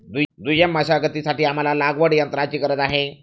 दुय्यम मशागतीसाठी आम्हाला लागवडयंत्राची गरज आहे